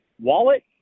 wallet